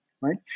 right